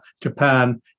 japan